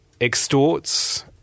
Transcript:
extorts